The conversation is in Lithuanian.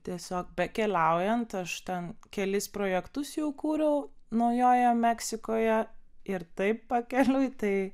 tiesiog bekeliaujant aš ten kelis projektus jau kūriau naujojoje meksikoje ir taip pakeliui tai